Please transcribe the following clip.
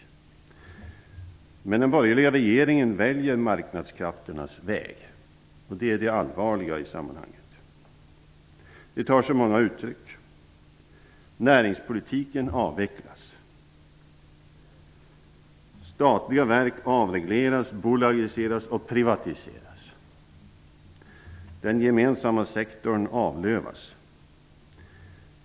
Ändå väljer den borgerliga regeringen marknadskrafternas väg, och det är det allvarliga i sammanhanget. Detta tar sig många uttryck. Näringspolitiken avvecklas. Statliga verk avregleras, bolagiseras och privatiseras. Den gemensamma sektorn avlövas.